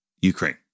Ukraine